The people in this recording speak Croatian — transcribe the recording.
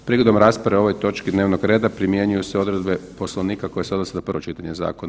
Prigodom rasprave o ovoj točki dnevnog reda primjenjuju se odredbe Poslovnika koje se odnose na prvo čitanje zakona.